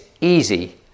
easy